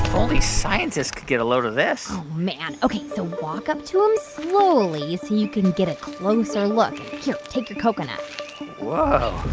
only scientists could get a load of this oh, man. ok, so walk up to him slowly so you can get a closer look. here, take your coconut whoa,